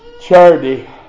Charity